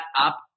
up